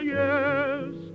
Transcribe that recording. yes